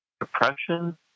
depression